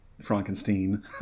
Frankenstein